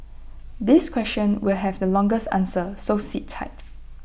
this question will have the longest answer so sit tight